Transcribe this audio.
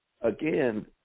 again